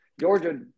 Georgia